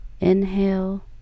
Inhale